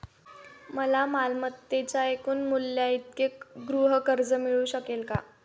मला मालमत्तेच्या एकूण मूल्याइतके गृहकर्ज मिळू शकेल का?